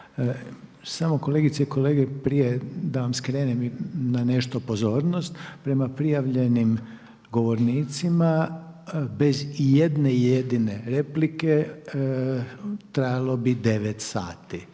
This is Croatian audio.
Samo kolegice i kolege prije da vam skrenem na nešto pozornost. Prema prijavljenim govornicima bez i jedne jedine replike trajalo bi 9 sati